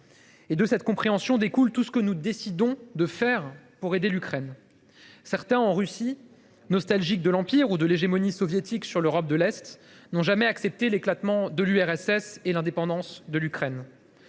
D’une telle compréhension découle tout ce que nous décidons de faire pour aider l’Ukraine. Certains, en Russie, nostalgiques de l’Empire ou de l’hégémonie soviétique sur l’Europe de l’Est, n’ont jamais accepté l’éclatement de l’URSS et l’indépendance de l’Ukraine.